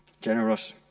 Generous